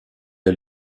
est